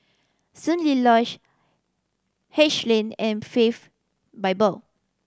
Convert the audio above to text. Soon Lee Lodge Haig Lane and Faith Bible